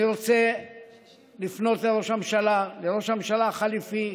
אני רוצה לפנות לראש הממשלה, לראש הממשלה החליפי,